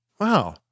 Wow